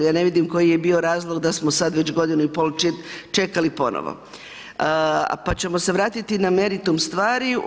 Ja ne vidim koji je bio razlog da smo sada već godinu i pol čekali ponovo, pa ćemo se vratiti na meritum stvari.